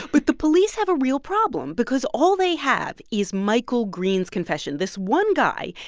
but the police have a real problem because all they have is michael green's confession, this one guy.